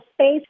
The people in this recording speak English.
space